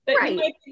Right